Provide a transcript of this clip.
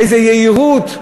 באיזו יהירות,